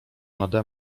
nade